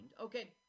okay